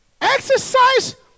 Exercise